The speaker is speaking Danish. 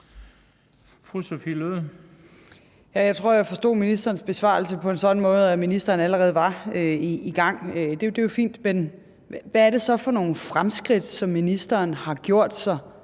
Jeg tror, jeg forstod ministerens besvarelse på en sådan måde, at ministeren allerede var i gang. Det er jo fint, men når alle har sagt nej og ingen tror, det